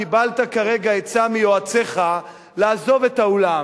קיבלת כרגע עצה מיועציך לעזוב את האולם,